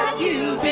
to